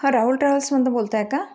हा राहूल ट्रॅवल्समधनं बोलत आहे का